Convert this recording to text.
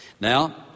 now